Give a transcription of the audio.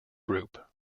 group